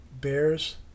bears